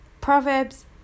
Proverbs